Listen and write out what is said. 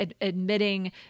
admitting